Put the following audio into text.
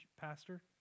pastor